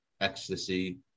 ecstasy